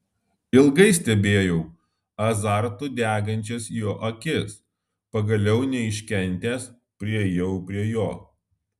ilgai stebėjau azartu degančias jo akis pagaliau neiškentęs priėjau prie jo